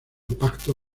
pacto